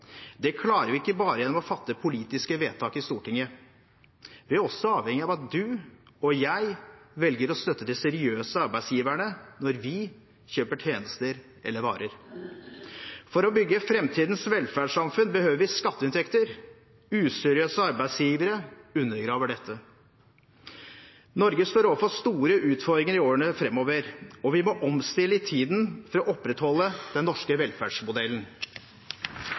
Det klarer vi ikke bare gjennom å fatte politiske vedtak i Stortinget; vi er også avhengig av at du og jeg velger å støtte de seriøse arbeidsgiverne når vi kjøper tjenester eller varer. For å bygge framtidens velferdssamfunn behøver vi skatteinntekter. Useriøse arbeidsgivere undergraver dette. Norge står overfor store utfordringer i årene framover, og vi bør omstille oss i tide for å opprettholde den norske velferdsmodellen.